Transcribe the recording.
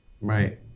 right